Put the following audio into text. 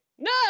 No